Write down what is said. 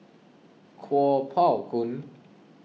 Kuo Pao Kun